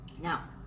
Now